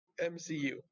MCU